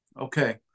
okay